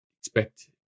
expect